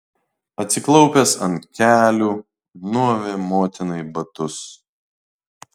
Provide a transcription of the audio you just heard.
atsiklaupęs ant kelių nuavė motinai batus